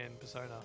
Persona